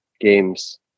games